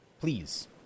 please